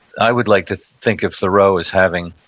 i would like to think of thoreau as having,